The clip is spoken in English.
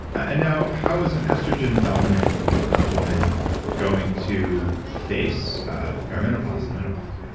and now, how is an estrogen-dominant woman going to face perimenopause or menopause?